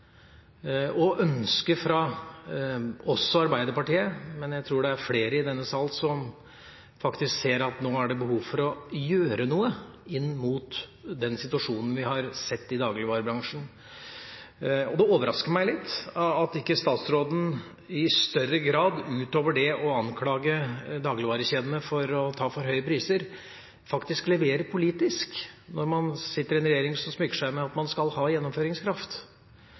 Det overrasker meg litt at ikke statsråden i større grad – utover det å anklage dagligvarekjedene for å ta for høye priser – leverer politisk, når man sitter i en regjering som smykker seg med at man skal ha gjennomføringskraft.